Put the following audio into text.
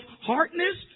hardness